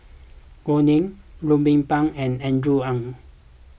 Gao Ning Ruben Pang and Andrew Ang